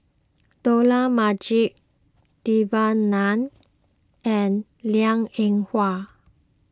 Dollah Majid Devan Nair and Liang Eng Hwa